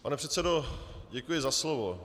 Pane předsedo, děkuji za slovo.